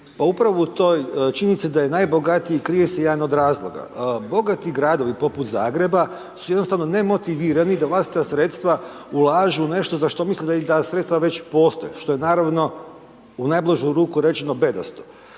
upravo u toj činjenici da je najbogatiji krije se jedan od razloga, bogati gradovi poput Zagreba su jednostavno nemotivirani da vlastita sredstava ulažu u nešto za što misle da ta sredstva već postoje, što je naravno, u najblažu ruku rečeno, bedasto.